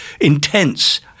intense